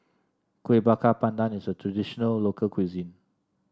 Kueh Bakar Pandan is a traditional local cuisine